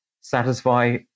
satisfy